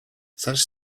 such